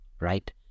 right